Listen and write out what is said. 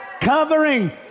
covering